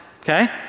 okay